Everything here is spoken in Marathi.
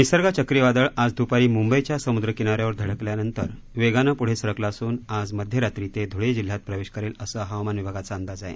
निसर्ग चक्रीवादळ आज द्पारी मुंबईच्या समुद्रकिनाऱ्यावर धडकल्यानंतर वेगानं पुढे सरकलं असून आज मध्यरात्री ते धुळे जिल्ह्यात प्रवेश करेल असं हवामान विभागाचा अंदाज आहे